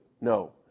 No